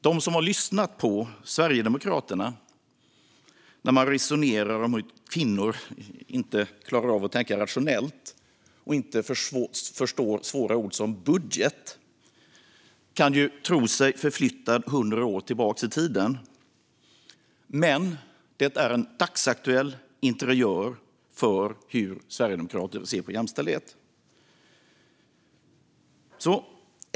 Den som har lyssnat på Sverigedemokraterna när de resonerar om hur kvinnor inte klarar av att tänka rationellt och inte förstår svåra ord som budget kan tro sig vara förflyttad 100 år tillbaka i tiden. Men det är en dagsaktuell interiör från hur sverigedemokrater ser på jämställdhet.